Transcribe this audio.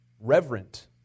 reverent